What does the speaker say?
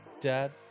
Dad